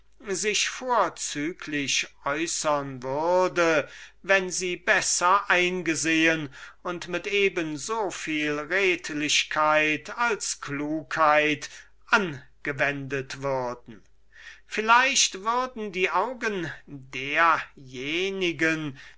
sich vorzüglich äußern würde wenn sie besser eingesehen und mit eben so viel redlichkeit als klugheit angewendet würden vielleicht würden die augen derjenigen